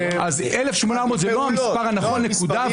1,800 זה לא המספר הנכון, נקודה.